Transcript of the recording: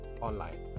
online